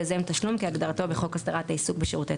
"יוזם תשלום" - כהגדרתו בחוק הסדרת העיסוק בשירותי